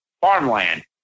farmland